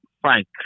Frank